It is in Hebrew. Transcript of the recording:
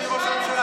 נא לצאת.